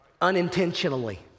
unintentionally